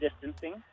distancing